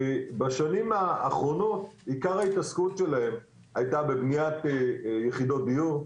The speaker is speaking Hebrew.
בשנים האחרונות עיקר ההתעסקות שלהם הייתה בבניית יחידות דיור,